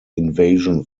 invasion